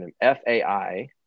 F-A-I